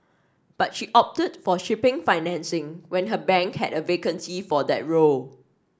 but she opted for shipping financing when her bank had a vacancy for that role